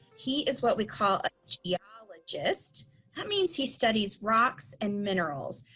he is what we call a geologist. that means he studies rocks and minerals.